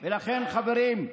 ולכן חברים,